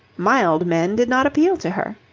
mild men did not appeal to her.